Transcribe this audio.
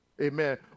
Amen